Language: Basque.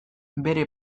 bere